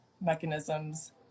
mechanisms